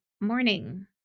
morning